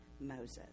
Moses